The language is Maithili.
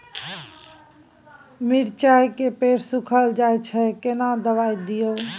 मिर्चाय के पेड़ सुखल जाय छै केना दवाई दियै?